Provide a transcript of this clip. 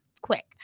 quick